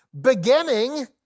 beginning